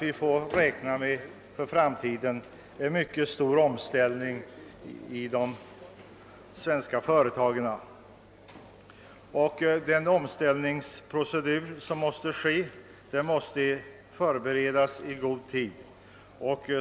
Vi kan räkna med en mycket stor omställning i de svenska företagen i framtiden. Denna omställningsprocedur måste förberedas i god tid.